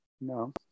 no